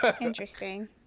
interesting